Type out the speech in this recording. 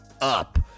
up